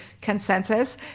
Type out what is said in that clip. consensus